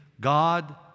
God